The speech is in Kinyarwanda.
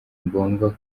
ngombwa